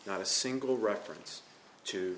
not a single reference to